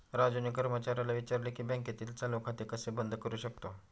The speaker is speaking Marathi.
राजूने कर्मचाऱ्याला विचारले की बँकेतील चालू खाते कसे बंद करू शकतो?